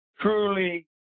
truly